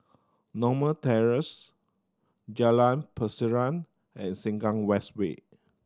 Norma Terrace Jalan Pasiran and Sengkang West Way